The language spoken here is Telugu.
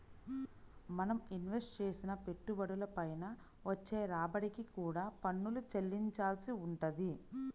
మనం ఇన్వెస్ట్ చేసిన పెట్టుబడుల పైన వచ్చే రాబడికి కూడా పన్నులు చెల్లించాల్సి వుంటది